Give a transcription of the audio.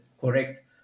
correct